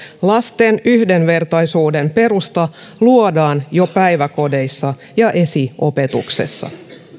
lasten yhdenvertaisuuden perusta luodaan jo päiväkodeissa ja esiopetuksessa